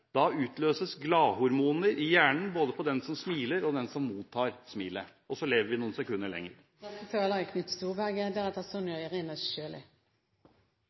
Da utløses gladhormoner i hjernen både hos den som smiler og den som mottar smilet, og så lever vi noen sekunder lenger. For å følge opp siste taler må jeg